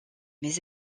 mes